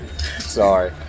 Sorry